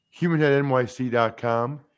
HumanHeadNYC.com